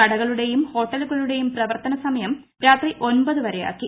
കടകളുടേയും ഹോട്ടലുകളുടേയും പ്രവർത്തന സമയം രാത്രി ഒൻപത് വരെയ്കാക്കി